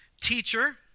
teacher